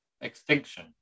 Extinction